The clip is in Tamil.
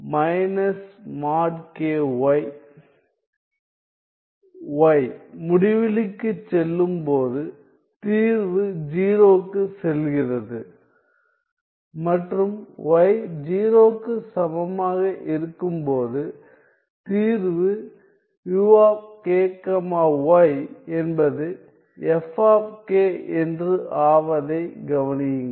y முடிவிலிக்குச் செல்லும்போது தீர்வு 0க்குச் செல்கிறது மற்றும் y 0க்குச் சமமாக இருக்கும்போது தீர்வு u k y என்பது f என்று ஆவதைக் கவனியுங்கள்